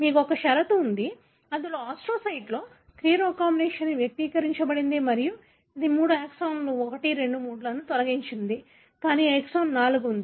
మీకు ఒక షరతు ఉంది ఇందులో ఆస్ట్రోసైట్లో క్రీ రీకాంబినేస్ వ్యక్తీకరించబడింది మరియు ఇది మూడు ఎక్సోన్లు 1 2 3 లను తొలగించింది కానీ ఎక్సాన్ 4 ఉంది